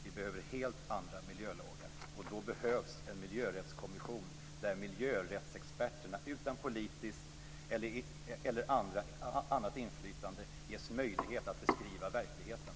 Vi behöver helt andra miljölagar, och då behövs en miljörättskommission där miljörättsexperterna utan politiskt eller annat inflytande ges möjlighet att beskriva verkligheten.